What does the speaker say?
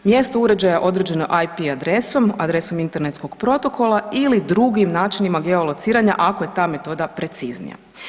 Mjesto uređaja određeno je IP adresom, adresom internetskog protokola ili drugim načinima geolociranja, ako je ta metoda preciznija.